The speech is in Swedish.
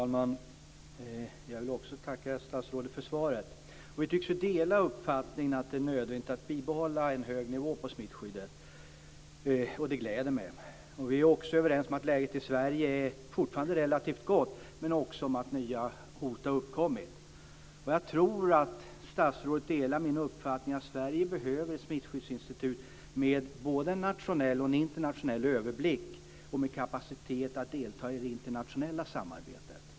Fru talman! Jag vill också tacka statsrådet för svaret. Vi tycks ju dela uppfattningen att det är nödvändigt att bibehålla en hög nivå på smittskyddet, och det gläder mig. Vi är också överens om att läget i Sverige fortfarande är relativt gott men också om att nya hot har uppkommit. Jag tror att statsrådet delar min uppfattning att Sverige behöver ett smittskyddsinstitut med både en nationell och en internationell överblick och med kapacitet att delta i det internationella samarbetet.